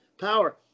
power